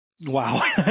Wow